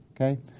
okay